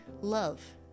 love